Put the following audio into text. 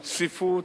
עם צפיפות,